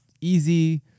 easy